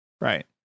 Right